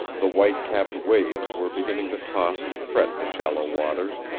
the white-capped waves were beginning to toss and fret the shallow waters,